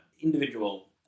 individual